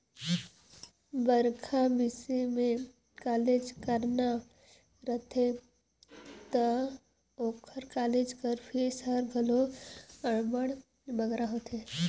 बड़खा बिसे में कॉलेज कराना रहथे ता ओकर कालेज कर फीस हर घलो अब्बड़ बगरा होथे